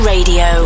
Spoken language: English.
Radio